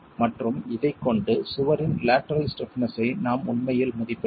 மற்றும் இதைக் கொண்டு சுவரின் லேட்டரல் ஸ்டிப்னஸ் ஐ நாம் உண்மையில் மதிப்பிடலாம்